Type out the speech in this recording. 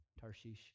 Tarshish